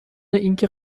اینکه